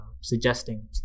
suggesting